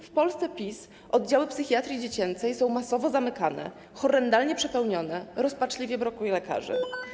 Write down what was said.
W Polsce PiS oddziały psychiatrii dziecięcej są masowo zamykane, horrendalnie przepełnione, rozpaczliwie brakuje lekarzy.